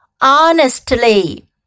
honestly